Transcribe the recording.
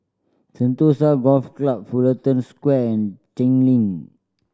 Sentosa Golf Club Fullerton Square and Cheng Lim